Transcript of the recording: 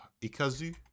Ikazu